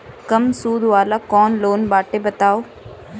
कम सूद वाला कौन लोन बाटे बताव?